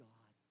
God